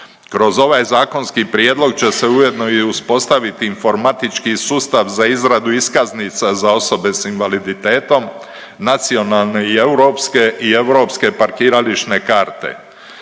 Kroz ovaj zakonski prijedlog će se ujedno i uspostaviti informatički sustav za izradu iskaznica za osobe s invaliditetom, nacionalne i europske i europske parkirališne karte.